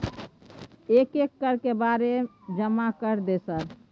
एक एक के बारे जमा कर दे सर?